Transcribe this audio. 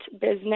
business